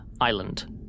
Island